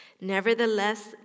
Nevertheless